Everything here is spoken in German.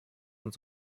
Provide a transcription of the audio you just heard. und